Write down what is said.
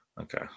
Okay